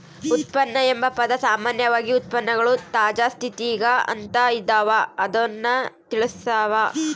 ಉತ್ಪನ್ನ ಎಂಬ ಪದ ಸಾಮಾನ್ಯವಾಗಿ ಉತ್ಪನ್ನಗಳು ತಾಜಾ ಸ್ಥಿತಿಗ ಅಂತ ಇದವ ಅನ್ನೊದ್ದನ್ನ ತಿಳಸ್ಸಾವ